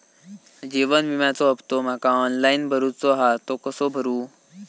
जीवन विम्याचो हफ्तो माका ऑनलाइन भरूचो हा तो कसो भरू?